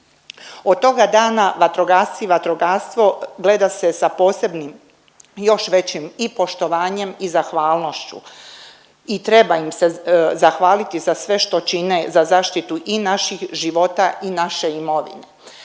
Od toga dana vatrogasci i vatrogastvo gleda se sa posebnim još većim i poštovanjem i zahvalnošću i treba im se zahvaliti za sve što čine za zaštitu i naših života i naše imovine.